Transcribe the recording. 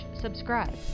subscribe